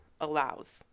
allows